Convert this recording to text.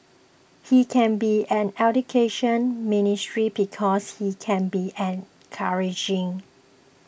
he can be an Education Ministry because he can be encouraging